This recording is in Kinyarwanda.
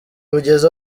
bugeze